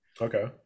okay